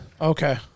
Okay